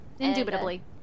Indubitably